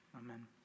Amen